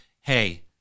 hey